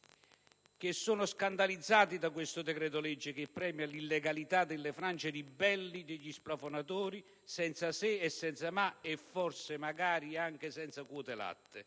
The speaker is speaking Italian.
sono scandalizzati da questo decreto-legge che premia l'illegalità delle frange ribelli degli splafonatori senza se e senza ma, e magari anche senza quote latte